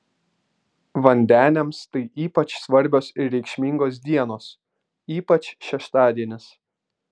vandeniams tai ypač svarbios ir reikšmingos dienos ypač šeštadienis